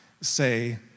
say